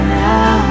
now